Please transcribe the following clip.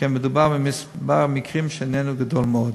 שכן מדובר במספר מקרים שאינו גדול מאוד.